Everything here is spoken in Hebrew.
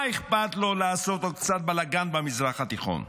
מה אכפת לו לעשות עוד קצת בלגן במזרח התיכון,